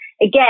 again